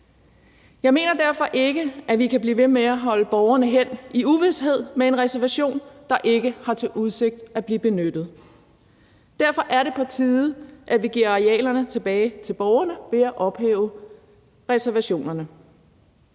Jeg mener derfor ikke, vi kan blive ved med at holde borgerne hen i uvished med en reservation, der ikke er udsigt til bliver benyttet. Derfor er det på tide, at vi giver arealerne tilbage til borgerne ved at ophæve reservationerne.